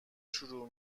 شروع